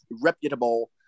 reputable